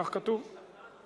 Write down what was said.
כך כתוב.